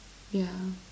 ya